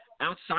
outside